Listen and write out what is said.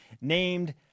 named